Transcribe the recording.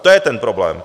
To je ten problém!